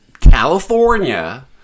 California